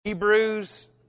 Hebrews